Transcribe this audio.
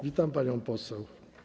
Witam panią poseł.